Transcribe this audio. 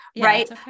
right